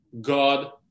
God